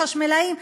חשמלאים,